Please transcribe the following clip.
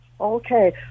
Okay